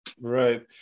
Right